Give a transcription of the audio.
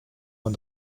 man